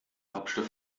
hauptstadt